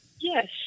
Yes